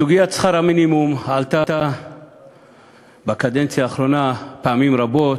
סוגיית שכר המינימום עלתה בקדנציה האחרונה פעמים רבות,